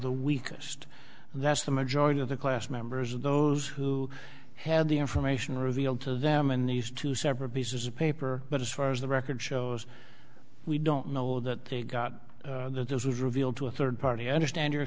the weakest and that's the majority of the class members of those who had the information revealed to them in these two separate pieces of paper but as far as the record shows we don't know that they got that it was revealed to a third party understand your